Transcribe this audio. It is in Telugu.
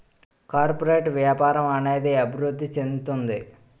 కార్పొరేట్ వ్యాపారం అనేది అభివృద్ధి చెందుతుంది